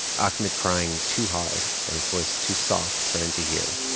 ahmed crying too hard or his voice too soft for him to hear.